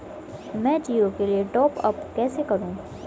मैं जिओ के लिए टॉप अप कैसे करूँ?